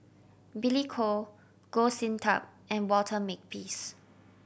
Billy Koh Goh Sin Tub and Walter Makepeace